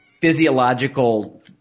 physiological